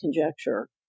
conjecture